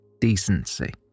decency